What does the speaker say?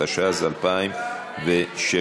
התשע"ז 2016. בבקשה.